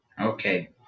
Okay